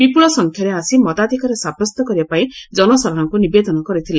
ବିପୁଳ ସଂଖ୍ୟାରେ ଆସି ମତାଧିକାର ସାବ୍ୟସ୍ତ କରିବା ପାଇଁ ଜନସାଧାରଣଙ୍କୁ ନିବେଦନ କରିଥିଲେ